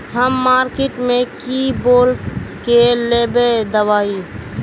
हम मार्किट में की बोल के लेबे दवाई?